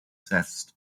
test